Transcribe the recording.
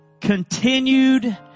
continued